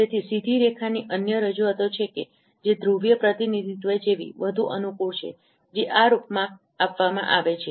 તેથી સીધી રેખાની અન્ય રજૂઆતો છે કે જે ધ્રુવીય પ્રતિનિધિત્વ જેવી વધુ અનુકૂળ છે જે આ રૂપમાં આપવામાં આવે છે